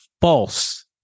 false